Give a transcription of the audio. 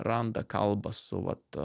randa kalbą su vat